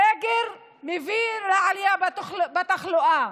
סגר מביא לעלייה בתחלואה,